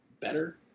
better